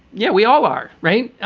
yeah, we all are. right.